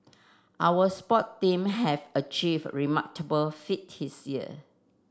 our sport team have achieved remarkable feat his year